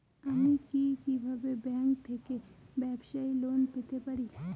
আমি কি কিভাবে ব্যাংক থেকে ব্যবসায়ী লোন পেতে পারি?